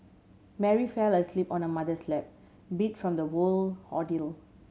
Mary fell asleep on the mother's lap beat from the ordeal